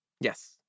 Yes